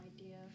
idea